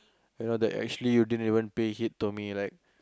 you know that actually you didn't even pay hit to me right